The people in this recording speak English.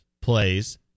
plays